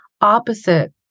opposite